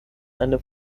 eine